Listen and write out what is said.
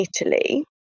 Italy